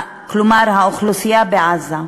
כלומר האוכלוסייה בעזה,